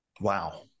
Wow